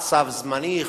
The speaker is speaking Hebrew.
צו זמני,